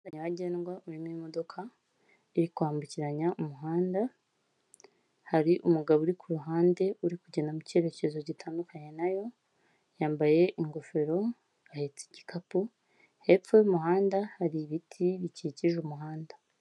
Nyabagendwa urimo imodoka iri kwambukiranya umuhanda, hari umugabo uri ku ruhande uri kugenda mu cyerekezo gitandukanye nayo, yambaye ingofero, ahetse igikapu, hepfo y'umuhanda hari ibiti bikikije umuhanda.